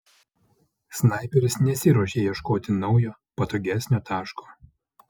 snaiperis nesiruošė ieškoti naujo patogesnio taško